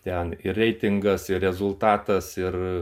ten ir reitingas ir rezultatas ir